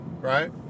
right